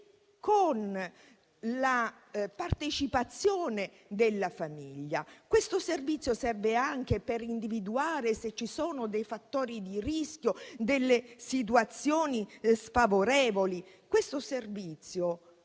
con la partecipazione della famiglia. Questo servizio serve anche per individuare se ci sono dei fattori di rischio, delle situazioni sfavorevoli. Questo servizio